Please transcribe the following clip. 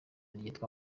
ryitwa